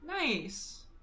Nice